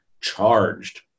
charged